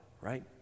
right